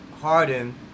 Harden